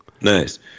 Nice